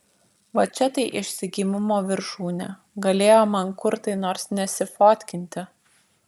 va čia tai išsigimimo viršūnė galėjo mankurtai nors nesifotkinti